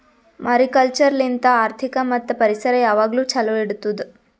mariculture ಲಿಂತ್ ಆರ್ಥಿಕ ಮತ್ತ್ ಪರಿಸರ ಯಾವಾಗ್ಲೂ ಛಲೋ ಇಡತ್ತುದ್